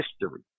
history